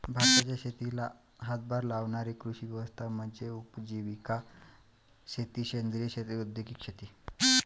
भारताच्या शेतीला हातभार लावणारी कृषी व्यवस्था म्हणजे उपजीविका शेती सेंद्रिय शेती औद्योगिक शेती